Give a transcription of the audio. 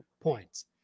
points